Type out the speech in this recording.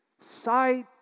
sight